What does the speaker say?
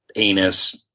anus,